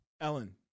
Ellen